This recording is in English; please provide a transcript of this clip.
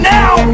now